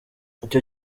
icyo